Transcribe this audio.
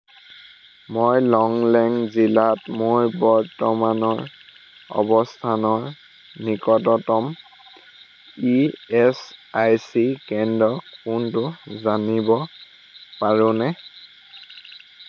মই লংলেং জিলাত মোৰ বৰ্তমানৰ অৱস্থানৰ নিকটতম ইএচআইচি কেন্দ্ৰ কোনটো জানিব পাৰোঁনে